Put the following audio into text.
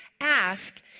ask